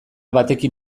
batekin